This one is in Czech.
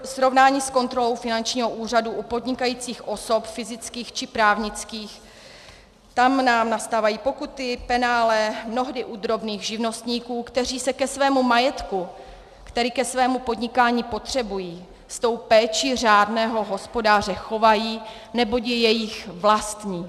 Ve srovnání s kontrolou finančního úřadu u podnikajících osob, fyzických či právnických, tam nám nastávají pokuty, penále, mnohdy u drobných živnostníků, kteří se ke svému majetku, který ke svému podnikání potřebují, s tou péčí řádného hospodáře chovají, neboť je jejich vlastní.